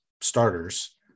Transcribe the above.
starters